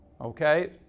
okay